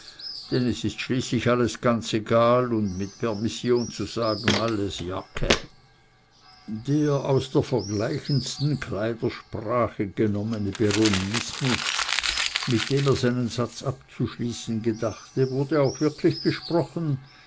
denn es ist schließlich alles ganz egal und mit permission zu sagen alles jacke der aus der vergleichendsten kleidersprache genommene berolinismus mit dem er seinen satz abzuschließen gedachte wurde auch wirklich gesprochen